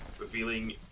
revealing